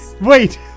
Wait